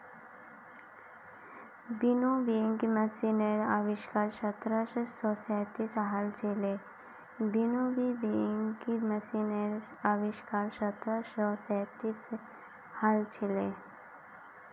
winnowing मशीनेर आविष्कार सत्रह सौ सैंतीसत हल छिले